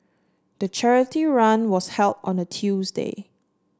the charity run was held on a Tuesday